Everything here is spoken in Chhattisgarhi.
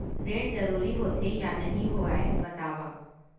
ऋण जरूरी होथे या नहीं होवाए बतावव?